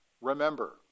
Remember